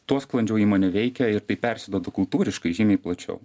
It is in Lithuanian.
tuo sklandžiau įmonė veikia ir tai persiduoda kultūriškai žymiai plačiau